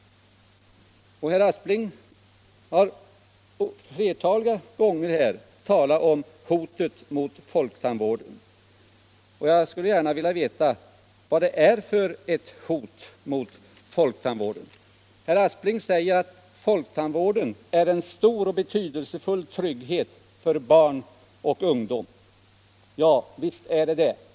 Herr Aspling har ett flertal gånger talat om hotet mot folktandvården. Jag skulle gärna vilja veta vad det är som hotar folktandvården. Herr Aspling säger att folktandvården är en stor och betydelsefull trygghet för barn och ungdom. Ja, visst är den det.